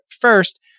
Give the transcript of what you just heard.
first